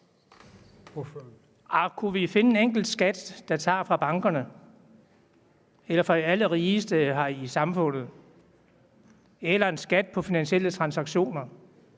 kunne vi finde en enkelt skat, der tager fra bankerne eller fra alle de rige her i samfundet eller en skat på finansielle transaktioner,